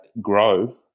grow